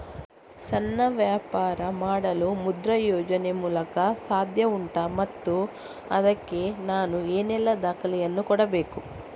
ಸಣ್ಣ ವ್ಯಾಪಾರ ಮಾಡಲು ಮುದ್ರಾ ಯೋಜನೆ ಮೂಲಕ ಸಾಧ್ಯ ಉಂಟಾ ಮತ್ತು ಅದಕ್ಕೆ ನಾನು ಏನೆಲ್ಲ ದಾಖಲೆ ಯನ್ನು ಕೊಡಬೇಕು?